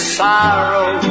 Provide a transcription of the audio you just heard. sorrow